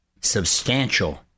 substantial